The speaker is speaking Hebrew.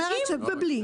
אם ביטול אז עד הסוף,